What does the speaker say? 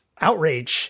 outrage